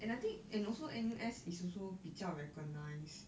and I think and also N_U_S is also 比较 recognised